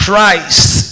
Christ